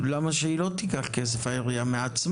למה שהיא לא תיקח כסף מעצמה?